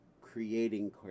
creating